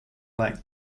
length